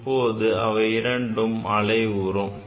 இப்போது அவை இரண்டும் அலைவுறும்